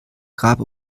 grab